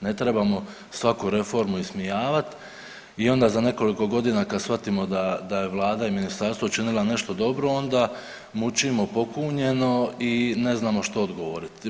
Ne trebamo svaku reformu ismijavati i onda za nekoliko godina kad shvatimo da, da je vlada i ministarstvo učinila nešto dobro onda mučimo pokunjeno i ne znamo što odgovoriti.